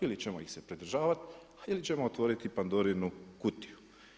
Ili ćemo ih se pridržavati ili ćemo otvoriti Pandorinu kutiju.